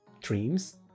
dreams